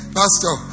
pastor